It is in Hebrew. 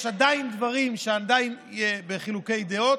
יש עדיין דברים שהם בחילוקי דעות.